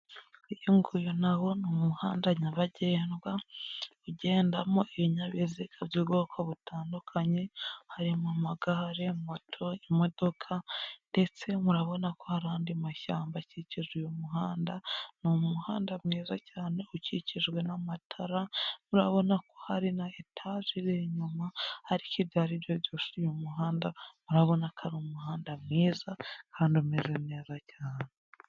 Uyu nguyu na wo ni umuhanda nyabagendwa ugendamo ibinyabiziga by'ubwoko butandukanye, harimo amagare, moto, imodoka ndetse murabona ko hari andi mashyamba akikije uyu muhanda, ni umuhanda mwiza cyane ukikijwe n'amatara, murabona ko hari na etaje iri inyuma ariko ibyo ari byo byose uyu muhanda murabona ko ari umuhanda mwiza kandi umeze neza cyane